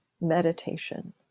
meditation